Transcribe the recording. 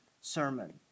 sermon